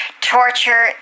Torture